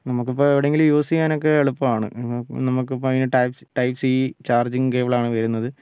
നമുക്കിപ്പോൾ എവിടെയെങ്കിലും യൂസ് ചെയ്യാനൊക്കെ എളുപ്പമാണ് നമുക്കിപ്പോൾ അതിന് ടൈപ്പ് സി ചാർജിങ്ങ് കേബിളാണ് വരുന്നത്